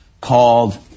called